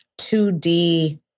2D